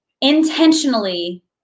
intentionally